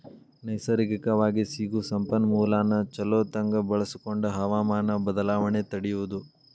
ನೈಸರ್ಗಿಕವಾಗಿ ಸಿಗು ಸಂಪನ್ಮೂಲಾನ ಚುಲೊತಂಗ ಬಳಸಕೊಂಡ ಹವಮಾನ ಬದಲಾವಣೆ ತಡಿಯುದು